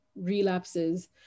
relapses